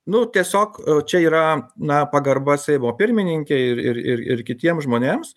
nu tiesiog čia yra na pagarba seimo pirmininkei ir ir ir ir kitiem žmonėms